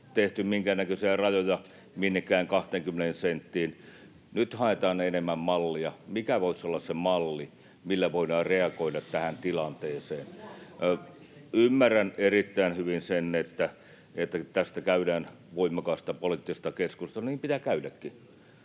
tehty minkäännäköisiä rajoja minnekään 20 senttiin. Nyt haetaan enemmän mallia, että mikä voisi olla se malli, millä voidaan reagoida tähän tilanteeseen. Ymmärrän erittäin hyvin sen, että tästä käydään voimakasta poliittista keskustelua. Niin pitää käydäkin